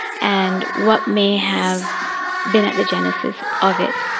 and what may have been at the genesis of it,